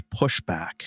pushback